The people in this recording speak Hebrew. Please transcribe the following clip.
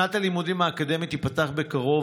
שנת הלימודים האקדמית תיפתח בקרוב,